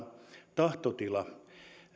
tahtotila